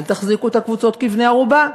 אל תחזיקו את הקבוצות כבני-ערובה.